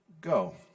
go